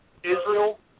Israel